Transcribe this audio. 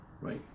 right